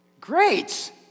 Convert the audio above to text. Great